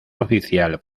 oficial